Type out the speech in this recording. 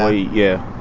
ah yeah?